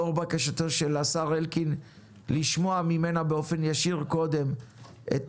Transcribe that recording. לאור בקשתו של השר אלקין לשמוע ממנה באופן ישיר קודם את